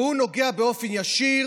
והוא נוגע באופן ישיר